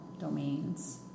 domains